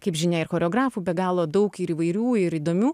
kaip žinia ir choreografų be galo daug ir įvairių ir įdomių